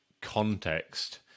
context